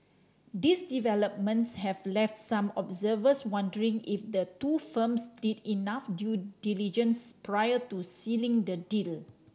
these developments have left some observers wondering if the two firms did enough due diligence prior to sealing the deal